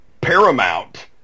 Paramount